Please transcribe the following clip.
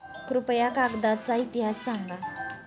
कृपया कागदाचा इतिहास सांगा